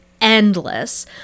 endless